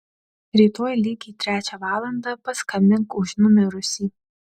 rytoj lygiai trečią valandą paskambink už numirusį